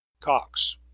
cox